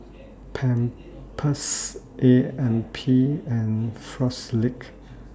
Pampers A M P and Frisolac